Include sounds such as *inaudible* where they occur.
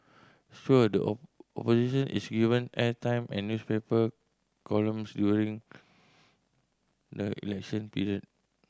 sure the *unintelligible* opposition is given airtime and newspaper columns during the election period